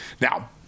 Now